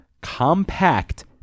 compact